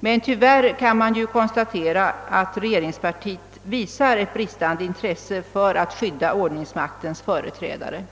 Men beklagligtvis måste man konstatera att regeringspartiet visar ett bristande intresse för att skydda ordningsmaktens företrädare.